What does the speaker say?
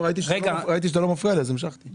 ראיתי שאתה לא מפריע לי, אז המשכתי.